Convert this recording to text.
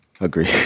Agree